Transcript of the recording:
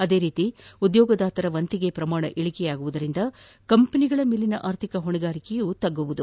ಅದೇ ರೀತಿ ಉದ್ಯೋಗದಾತರ ವಂತಿಗೆ ಪ್ರಮಾಣ ಇಳಕೆಯಾಗುವುದರಿಂದ ಕಂಪನಿಗಳ ಮೇಲಿನ ಆರ್ಥಿಕ ಹೊಣೆಗಾರಿಕೆಯೂ ತಗ್ಗಲಿದೆ